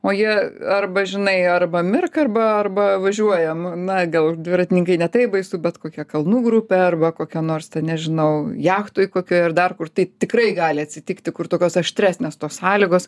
o jie arba žinai arba mirk arba arba važiuojam na gal dviratininkai ne taip baisu bet kokia kalnų grupė arba kokia nors ten nežinau jachtoj kokioj ar dar kur tai tikrai gali atsitikti kur tokios aštresnės tos sąlygos